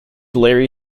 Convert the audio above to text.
larry